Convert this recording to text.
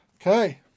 Okay